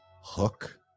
hook